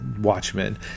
Watchmen